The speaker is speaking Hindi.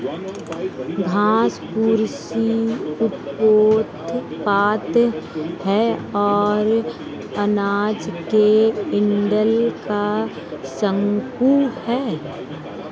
घास कृषि उपोत्पाद है और अनाज के डंठल का शंकु है